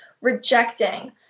rejecting